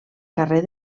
carrer